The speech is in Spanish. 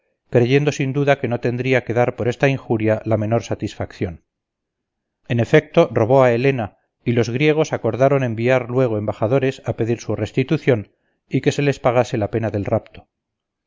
creyendo sin duda que no tendría que dar por esta injuria la menor satisfacción en efecto robó a helena y los griegos acordaron enviar luego embajadores a pedir su restitución y que se les pagase la pena del rapto